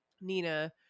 Nina